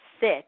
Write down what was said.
sit